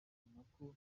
ninako